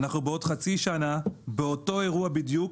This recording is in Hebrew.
אנחנו בעוד חצי שנה באותו אירוע בדיוק,